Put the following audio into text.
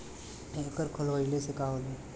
एकर खोलवाइले से का होला?